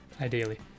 Ideally